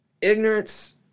Ignorance